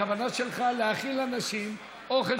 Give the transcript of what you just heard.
הכוונה שלך להכין לאנשים אוכל,